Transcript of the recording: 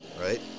right